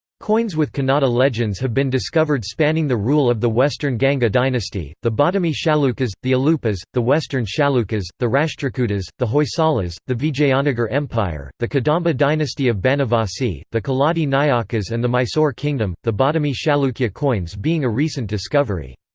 coins with kannada legends have been discovered spanning the rule of the western ganga dynasty, the badami chalukyas, the alupas, the western chalukyas, the rashtrakutas, the hoysalas, the vijayanagar empire, the kadamba dynasty of banavasi, the keladi nayakas and the mysore kingdom, the badami chalukya coins being a recent discovery.